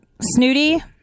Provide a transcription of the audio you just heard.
Snooty